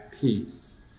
peace